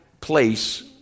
place